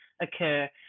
occur